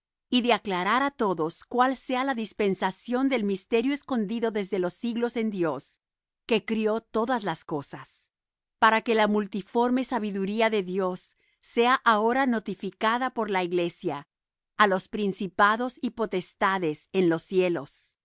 y de aclarar á todos cuál sea la dispensación del misterio escondido desde los siglos en dios que crió todas las cosas para que la multiforme sabiduría de dios sea ahora notificada por la iglesia á los principados y potestades en los cielos